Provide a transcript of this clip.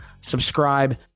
subscribe